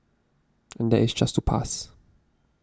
and that is just to pass